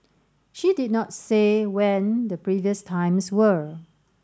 she did not say when the previous times were